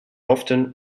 often